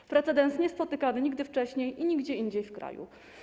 To precedens nie spotykany nigdy wcześniej i nigdzie indziej w kraju.